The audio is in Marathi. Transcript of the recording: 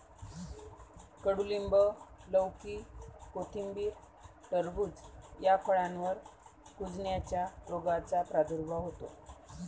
कडूलिंब, लौकी, कोथिंबीर, टरबूज या फळांवर कुजण्याच्या रोगाचा प्रादुर्भाव होतो